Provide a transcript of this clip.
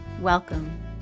Welcome